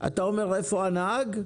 אתה שואל איפה הנהג,